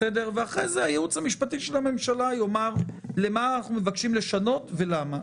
אחרי זה הייעוץ המשפטי לממשלה יאמר למה אנחנו מבקשים לשנות ולְמָה.